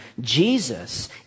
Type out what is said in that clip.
Jesus